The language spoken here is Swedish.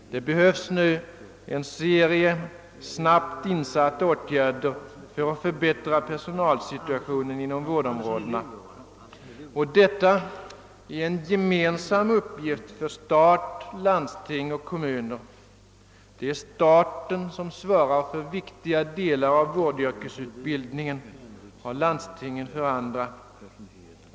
Det behövs nu en serie snabbt insatta åtgärder för att förbättra personalsituationen inom vårdområdena, och detta är en gemensam uppgift för stat, landsting och kommuner. Staten svarar för viktiga delar av vårdyrkesutbildningen och landstingen för andra.